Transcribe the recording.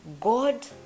God